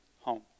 home